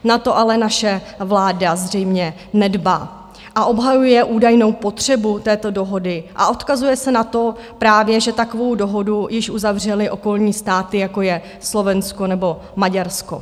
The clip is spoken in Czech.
Na to ale naše vláda zřejmě nedbá a obhajuje údajnou potřebu této dohody a odkazuje se právě na to, že takovou dohodu již uzavřely okolní státy, jako je Slovensko nebo Maďarsko.